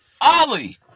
Ollie